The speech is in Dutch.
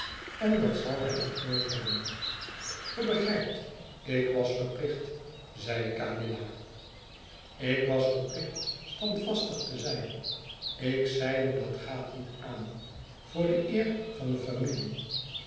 en dat zal hij ook nooit hebben ge begrijpt ik was verplicht zeide camilla ik was verplicht standvastig te zijn ik zeide dat gaat niet aan voor de eer van de familie